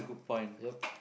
yup